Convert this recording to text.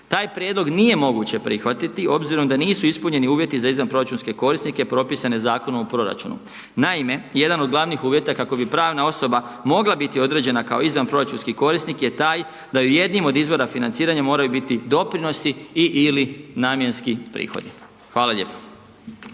Taj prijedlog nije moguće prihvatiti, obzirom da nisu ispunjeni uvjeti za izvanproračunske karinske propisane Zakonom o proračunu. Naime, jedan od glavnih uvjeta, kako bi pravna osoba mogla biti određena kao izvan proračunski korisnik je taj da i u jednim od izvora financiranja moraju biti doprinosi i/ili namjenski prihodi. Hvala lijepo.